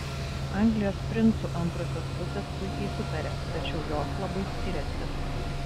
anglijos princų antrosios pusės puikiai sutaria tačiau jos labai skiriasi